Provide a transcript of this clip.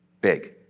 big